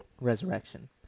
resurrection